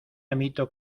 amito